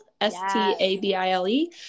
S-T-A-B-I-L-E